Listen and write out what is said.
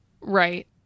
Right